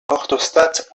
orthostates